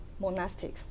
monastics